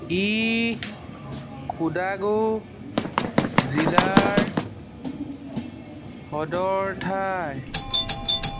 ই কোডাগু জিলাৰ সদৰ ঠাই